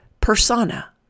persona